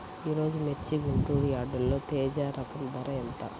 ఈరోజు మిర్చి గుంటూరు యార్డులో తేజ రకం ధర ఎంత?